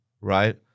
right